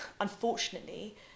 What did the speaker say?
unfortunately